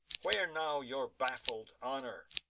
where now your baffled honor?